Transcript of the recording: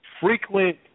frequent